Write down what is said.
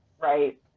Right